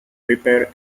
repair